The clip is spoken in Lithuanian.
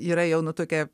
yra jau nu tokia